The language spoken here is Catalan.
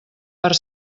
per